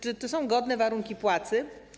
Czy to są godne warunki płacy?